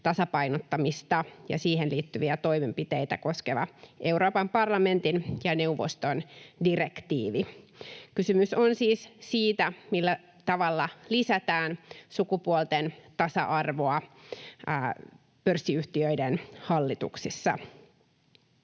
tasapainottamista ja siihen liittyviä toimenpiteitä koskeva Euroopan parlamentin ja neuvoston direktiivi. Kysymys on siis siitä, millä tavalla lisätään sukupuolten tasa-arvoa pörssiyhtiöiden hallituksissa.